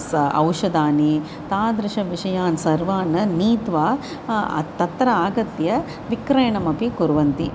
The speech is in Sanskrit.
स औषधानि तादृशविषयान् सर्वान् नीत्वा तत्र आगत्य विक्रयणमपि कुर्वन्ति